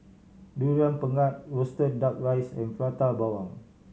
Durian Pengat roasted Duck Rice and Prata Bawang